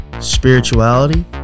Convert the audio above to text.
spirituality